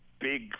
big